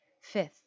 Fifth